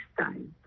time